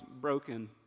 broken